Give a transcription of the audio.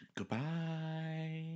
Goodbye